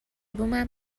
بومم